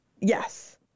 Yes